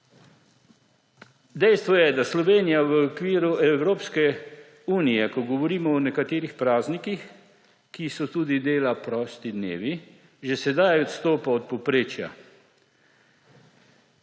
Dejstvo je, da Slovenija v okviru Evropske unije, ko govorimo o nekaterih praznikih, ki so tudi dela prosti dnevi, že sedaj odstopa od povprečja.